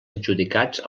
adjudicats